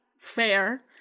fair